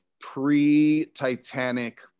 pre-Titanic